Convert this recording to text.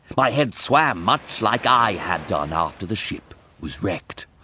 my head swam, much like i had done after the ship was wrecked.